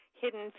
Hidden